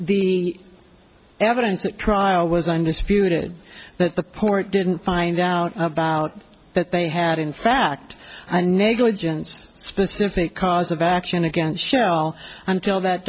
the evidence at trial was undisputed that the port didn't find out that they had in fact i negligence specific cause of action against shell until that